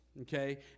okay